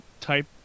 type